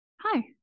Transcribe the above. Hi